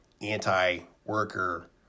anti-worker